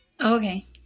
Okay